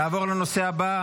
נעבור לנושא הבא,